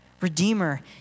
Redeemer